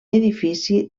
edifici